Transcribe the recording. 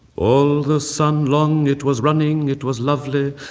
all the sun long it was running, it was lovely,